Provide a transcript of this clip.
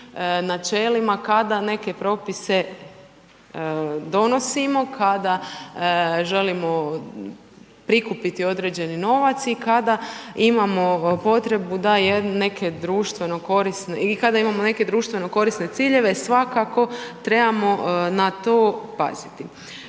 načelima kada neke propise donosimo, kada želimo prikupiti određeni novac i kada imamo potrebu da neke društveno-korisne i kada imamo neke